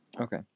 Okay